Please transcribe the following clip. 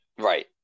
Right